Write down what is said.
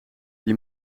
die